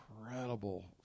incredible